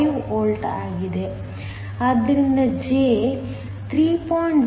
5 volt ಆಗಿದೆ ಆದ್ದರಿಂದ J 3